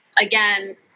Again